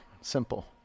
Simple